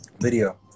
video